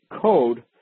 code